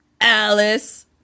Alice